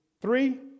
Three